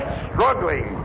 struggling